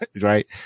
right